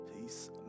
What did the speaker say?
peace